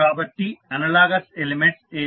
కాబట్టి analogous elements ఏవి